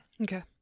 Okay